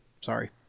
Sorry